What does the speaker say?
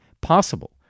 possible